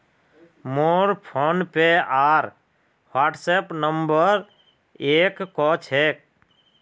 मोर फोनपे आर WhatsApp number एक क छेक